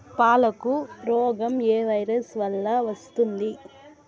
పాలకు రోగం ఏ వైరస్ వల్ల వస్తుంది?